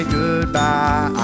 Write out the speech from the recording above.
goodbye